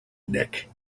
nick